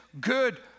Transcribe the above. good